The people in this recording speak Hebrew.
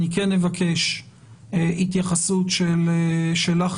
אני כן אבקש התייחסות שלך,